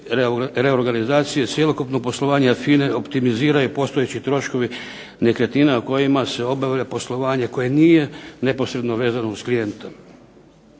reorganizacije cjelokupnog poslovanja FINA-e optimiziraju postojeći troškovi nekretnina kojima se obavlja poslovanje koje nije neposredno vezano uz klijente.